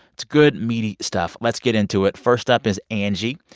it's good, meaty stuff. let's get into it first up is angie.